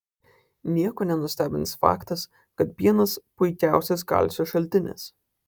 nieko nenustebins faktas kad pienas puikiausias kalcio šaltinis